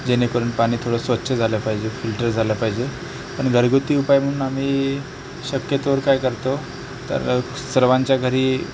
जेणेकरून पाणी थोडं स्वच्छ झालं पाहिजे फिल्टर झालं पाहिजे पण घरगुती उपाय म्हणून आम्ही शक्यतोवर काय करतो तर सर्वांच्या घरी